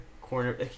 corner